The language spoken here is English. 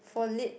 for lit